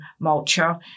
mulcher